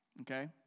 okay